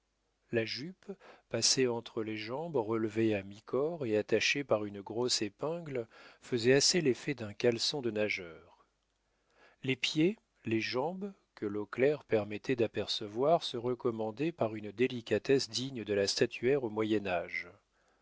la jupe passée entre les jambes relevée à mi-corps et attachée par une grosse épingle faisait assez l'effet d'un caleçon de nageur les pieds les jambes que l'eau claire permettait d'apercevoir se recommandaient par une délicatesse digne de la statuaire au